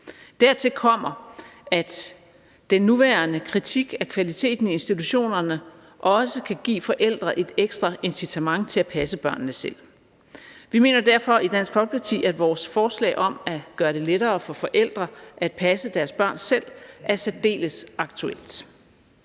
Dertil kommer, at den nuværende kritik af kvaliteten i institutionerne også kan give forældre et ekstra incitament til at passe børnene selv. Vi mener derfor i Dansk Folkeparti, at vores forslag om at gøre det lettere for forældre at passe deres børn selv er særdeles aktuelt.